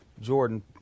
Jordan